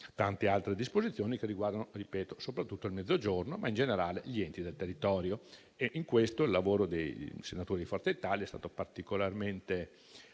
tante altre disposizioni che riguardano - ripeto - soprattutto il Mezzogiorno, ma in generale gli enti del territorio e in questo il lavoro dei senatori di Forza Italia è stato particolarmente